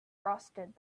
frosted